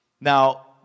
now